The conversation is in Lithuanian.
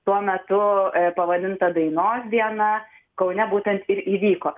tuo metu pavadinta dainos diena kaune būtent ir įvyko